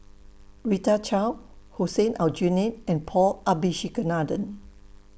Rita Chao Hussein Aljunied and Paul Abisheganaden